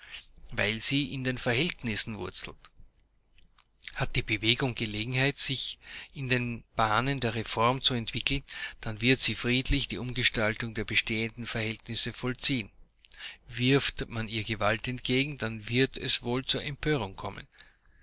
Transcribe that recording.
weil sie in den verhältnissen wurzelt hat die bewegung gelegenheit sich in den bahnen der reform zu entwickeln dann wird sie friedlich die umgestaltung der bestehenden verhältnisse vollziehen wirft man ihr gewalt entgegen dann wird es wohl zur empörung kommen